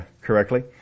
correctly